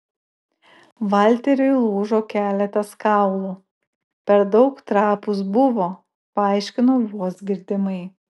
valteriui lūžo keletas kaulų per daug trapūs buvo paaiškino vos girdimai